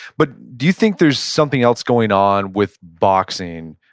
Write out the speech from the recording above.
but, do you think there's something else going on with boxing,